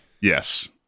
Yes